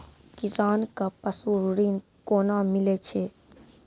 किसान कऽ पसु ऋण कोना मिलै छै?